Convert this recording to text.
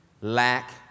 Lack